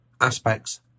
aspects